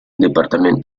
dto